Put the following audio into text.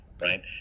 right